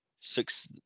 six